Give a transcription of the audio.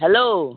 hello